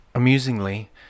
Amusingly